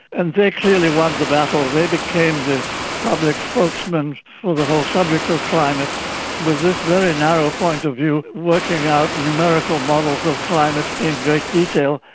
and they clearly won the battle. they became the public spokesmen for the whole subject of climate with this very narrow point of view, working out numerical models of climate in great detail,